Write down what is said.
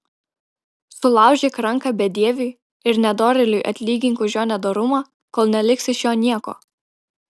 sulaužyk ranką bedieviui ir nedorėliui atlygink už jo nedorumą kol neliks iš jo nieko